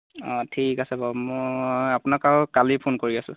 অঁ ঠিক আছে বাৰু মই আপোনাক আৰু কালি ফোন কৰি আছো